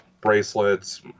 bracelets